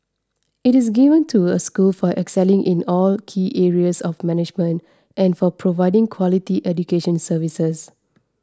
it is given to a school for excelling in all key areas of management and for providing quality education services